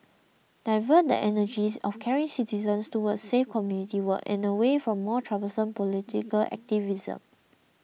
divert the energies of caring citizens towards safe community work and away from more troublesome political activism